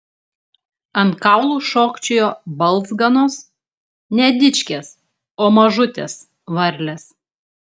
ant kaulų šokčiojo balzganos ne dičkės o mažutės varlės